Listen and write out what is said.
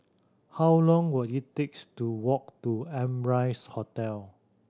how long will it takes to walk to Amrise Hotel